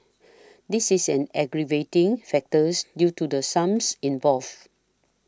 this is an aggravating factors due to the sums involved